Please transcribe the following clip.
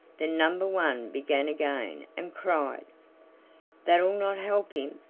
then number one began again and cried that'll not help him!